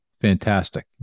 fantastic